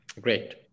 Great